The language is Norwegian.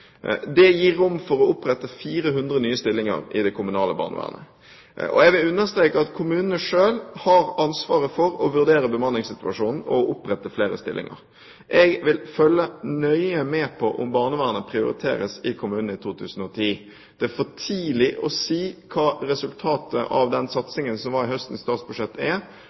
Det gir rom for å opprette 400 nye stillinger i det kommunale barnevernet. Jeg vil understreke at kommunene selv har ansvaret for å vurdere bemanningssituasjonen og opprette flere stillinger. Jeg vil følge nøye med på om barnevernet prioriteres i kommunene i 2010. Det er for tidlig å si hva resultatet av den satsingen som var i høstens statsbudsjett, er